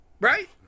Right